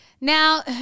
now